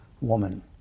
woman